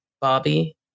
Bobby